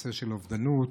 נושא האובדנות.